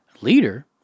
leader